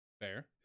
fair